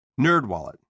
NerdWallet